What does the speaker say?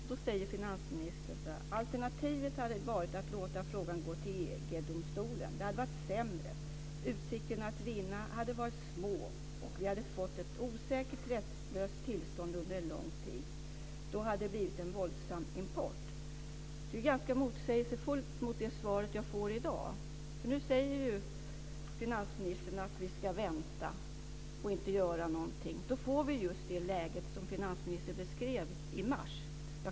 Där säger finansministern så här: Alternativet hade varit att låta frågan gå till EG domstolen. Det hade varit sämre. Utsikterna att vinna hade varit små och vi hade fått ett osäkert rättslöst tillstånd under en lång tid. Då hade det blivit en våldsam import. Det är ganska motsägelsefullt till det svar som jag får i dag, för nu säger finansministern att vi ska vänta och inte göra någonting. Då får vi just det läge som finansministern beskrev i mars.